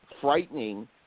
frightening